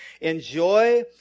Enjoy